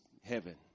heaven